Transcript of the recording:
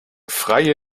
freie